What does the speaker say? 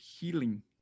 healing